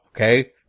okay